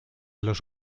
los